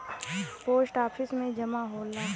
post office में जमा होला